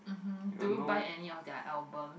mmhmm do you buy any of their album